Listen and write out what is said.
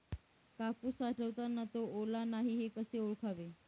कापूस साठवताना तो ओला नाही हे कसे ओळखावे?